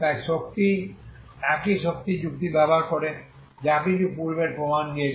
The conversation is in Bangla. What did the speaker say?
তাই শক্তি একই শক্তি যুক্তি ব্যবহার করে যা কিছু পূর্বের প্রমাণ দিয়েছে